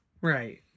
Right